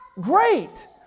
Great